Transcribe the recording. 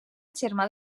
germà